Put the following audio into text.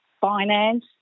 finance